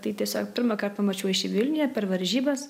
tai tiesiog pirmąkart pamačiau aš jį vilniuje per varžybas